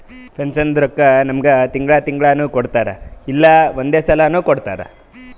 ಪೆನ್ಷನ್ದು ರೊಕ್ಕಾ ನಮ್ಮುಗ್ ತಿಂಗಳಾ ತಿಂಗಳನೂ ಕೊಡ್ತಾರ್ ಇಲ್ಲಾ ಒಂದೇ ಸಲಾನೂ ಕೊಡ್ತಾರ್